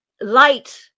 light